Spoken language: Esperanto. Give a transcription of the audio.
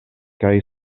kaj